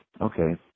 okay